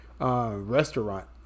restaurant